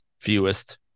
fewest